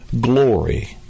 glory